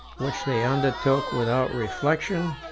which they undertook without reflection,